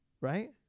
right